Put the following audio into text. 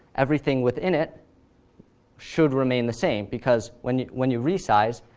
everything within it should remain the same, because when when you resize,